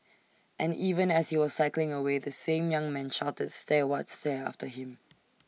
and even as he was cycling away the same young man shouted stare what stare after him